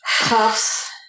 cuffs